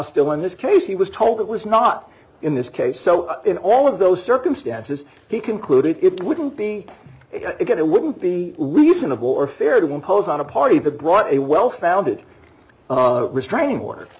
still in this case he was told it was not in this case so in all of those circumstances he concluded it wouldn't be it wouldn't be reasonable or fair to impose on a party that brought a well founded restrain